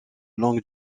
longue